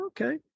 Okay